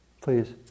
Please